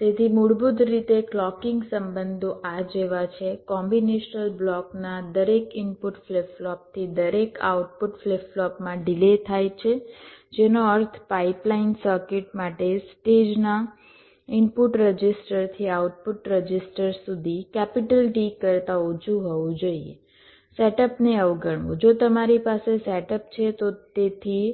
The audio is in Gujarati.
તેથી મૂળભૂત રીતે ક્લૉકિંગ સંબંધો આ જેવા છે કોમ્બિનેશનલ બ્લોકના દરેક ઇનપુટ ફ્લિપ ફ્લોપથી દરેક આઉટપુટ ફ્લિપ ફ્લોપમાં ડિલે થાય છે જેનો અર્થ પાઇપલાઇન સર્કિટ માટે સ્ટેજના ઇનપુટ રજિસ્ટરથી આઉટપુટ રજિસ્ટર સુધી T કરતાં ઓછું હોવું જોઈએ સેટઅપને અવગણવું જો તમારી પાસે સેટઅપ છે તો તેથી